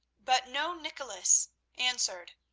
but no nicholas answered.